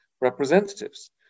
representatives